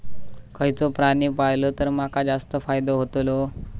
खयचो प्राणी पाळलो तर माका जास्त फायदो होतोलो?